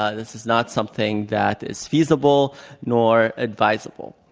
ah this is not something that is feasible nor advisable.